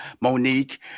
Monique